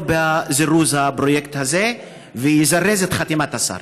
בזירוז הפרויקט הזה ויזרז את חתימת השר.